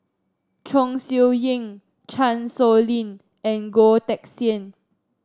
Chong Siew Ying Chan Sow Lin and Goh Teck Sian